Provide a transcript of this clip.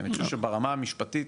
אני חושב שברמה המשפטית,